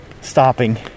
stopping